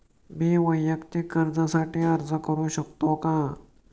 मी वैयक्तिक कर्जासाठी अर्ज करू शकतो का?